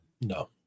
No